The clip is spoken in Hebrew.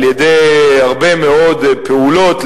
על-ידי הרבה מאוד פעולות,